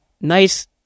nice